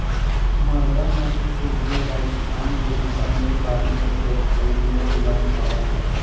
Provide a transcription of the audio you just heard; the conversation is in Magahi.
मगरा नस्ल के भेंड़ राजस्थान के बीकानेर, बाड़मेर, जैसलमेर जिला में पावल जा हइ